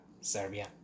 Serbia